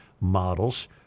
models